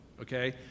Okay